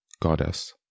goddess